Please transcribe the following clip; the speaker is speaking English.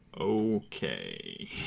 okay